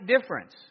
difference